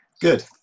Good